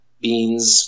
Beans